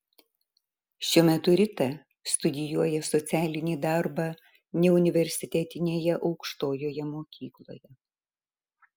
šiuo metu rita studijuoja socialinį darbą neuniversitetinėje aukštojoje mokykloje